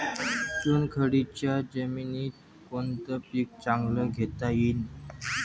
चुनखडीच्या जमीनीत कोनतं पीक चांगलं घेता येईन?